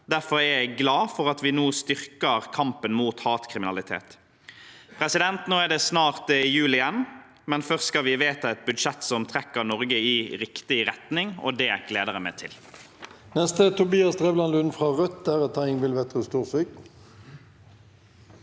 Derfor er jeg glad for at vi nå styrker kampen mot hatkriminalitet. Nå er det snart jul igjen, men først skal vi vedta et budsjett som trekker Norge i riktig retning, og det gleder jeg meg til.